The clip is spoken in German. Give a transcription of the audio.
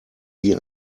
wie